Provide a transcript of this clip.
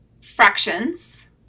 fractions